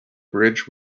bridge